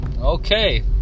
Okay